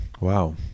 Wow